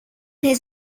his